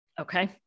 Okay